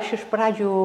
aš iš pradžių